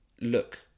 look